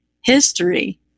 history